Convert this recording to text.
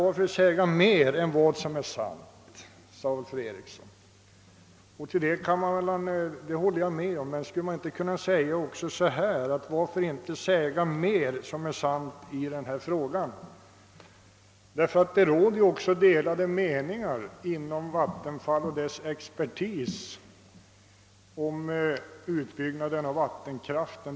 Jag håller med om detta, men skulle man inte kunna säga: Varför inte säga mer som är sant i denna fråga? Det råder dock delade meningar inom Vattenfall och dess expertis om utbyggnaden av vattenkraften.